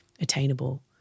attainable